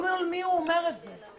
מול מי הוא אומר את זה?